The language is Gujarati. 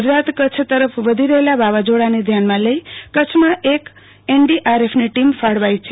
ગુજરાત કચ્છ તરફ વધી રહેલા વાવાઝોડાને ધ્યાનમાં લઈ કચ્છમાં એક એનડીઆરએફ ની ટીમ ફાળવાઈ છે